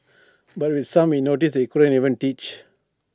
but with some we noticed they couldn't even teach